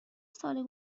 سال